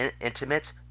intimate